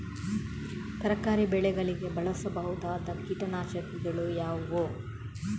ತರಕಾರಿ ಬೆಳೆಗಳಿಗೆ ಬಳಸಬಹುದಾದ ಕೀಟನಾಶಕಗಳು ಯಾವುವು?